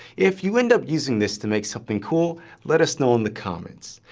if you end up using this to make something cool let us know in the comments.